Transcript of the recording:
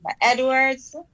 Edwards